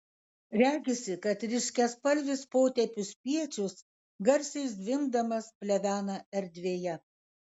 regisi kad ryškiaspalvis potėpių spiečius garsiai zvimbdamas plevena erdvėje